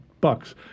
bucks